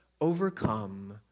overcome